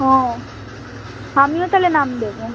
ও আমিও তালে নাম দেবো